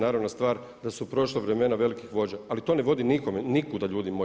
Naravna stvar da su prošla vremena velikih vođa, ali to ne vodi nikuda ljudi moji.